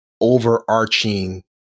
overarching